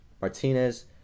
Martinez